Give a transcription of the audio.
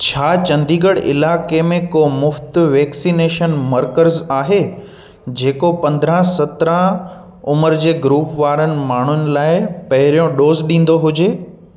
छा चंडीगढ़ इलाइके़ में को मुफ़्त वैक्सिनेशन मर्कज़ आहे जेको पंद्रहं सत्रहं उमिरि जे ग्रूप वारनि माण्हुनि लाइ पहिरियों डोज़ ॾींदो हुजे